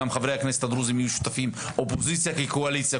גם חברי הכנסת יהיו שותפים, אופוזיציה כקואליציה.